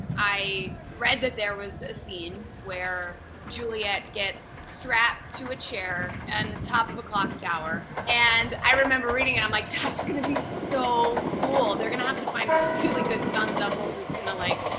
i read that there was a scene where juliet gets strapped to a chair on and top of a clock tower and i remember reading it, i'm like, that's gonna be so cool. they're gonna have to find a really good stunt double who's gonna, like.